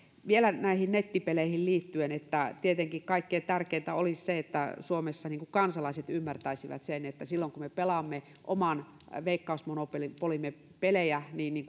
vielä näihin nettipeleihin liittyen että tietenkin kaikkein tärkeintä olisi se että suomessa kansalaiset ymmärtäisivät sen että silloin kun me pelaamme oman veikkaus monopolimme pelejä niin niin